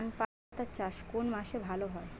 ধনেপাতার চাষ কোন মাসে ভালো হয়?